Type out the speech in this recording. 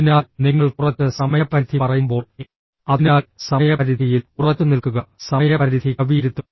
അതിനാൽ നിങ്ങൾ കുറച്ച് സമയപരിധി പറയുമ്പോൾ അതിനാൽ സമയപരിധിയിൽ ഉറച്ചുനിൽക്കുക സമയപരിധി കവിയരുത്